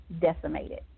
decimated